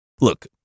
Look